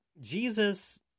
Jesus